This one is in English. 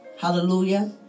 Hallelujah